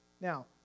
Now